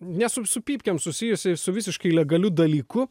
ne su su pypkėm susijusi su visiškai legaliu dalyku